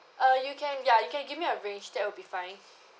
uh you can ya you can give me a range that will be fine